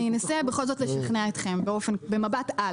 אני אנסה בכל זאת לשכנע אתכם במבט על.